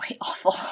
awful